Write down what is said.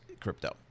crypto